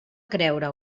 creure